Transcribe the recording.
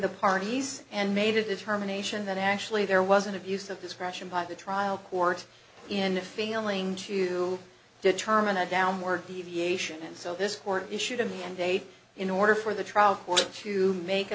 the parties and made a determination that actually there was an abuse of discretion by the trial court in failing to determine a downward deviation and so this court issued a mandate in order for the trial court to make a